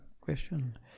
question